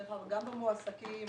גם במועסקים,